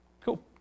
Cool